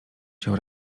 cię